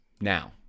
now